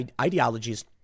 ideologies